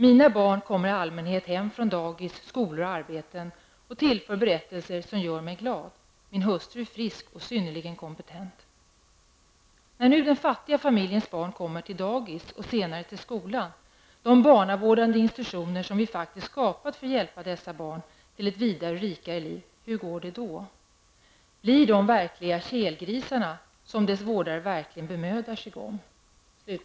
Mina barn kommer i allmänhet hem från dagis, skolor och arbeten och tillför berättelser som gör mig glad. Min hustru är frisk och synnerligen kompetent. När nu den 'fattiga' familjens barn kommer till 'dagis' och senare till skolan -- de barnavårdande institutioner som vi faktiskt skapat för att hjälpa dessa barn till ett vidare och rikare liv, hur går det då? Blir de de verkliga kelgrisarna som dess vårdare verkligen bemödar sig om?''